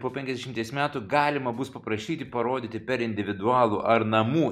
po penkiasdešimties metų galima bus paprašyti parodyti per individualų ar namų